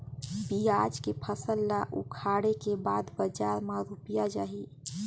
पियाज के फसल ला उखाड़े के बाद बजार मा रुपिया जाही?